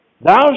Thou